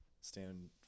stand